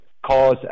cause